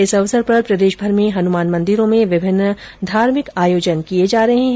इस अवसर पर प्रदेशभर में हनुमान मंदिरों में विभिन्न धार्मिक आयोजन किये जा रहे है